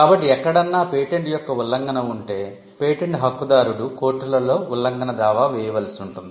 కాబట్టి ఎక్కడన్నా పేటెంట్ యొక్క ఉల్లంఘన ఉంటే పేటెంట్ హక్కుదారుడు కోర్టులలో ఉల్లంఘన దావా వేయవలసి ఉంటుంది